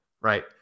Right